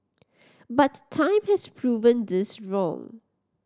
but time has proven this wrong